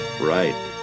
Right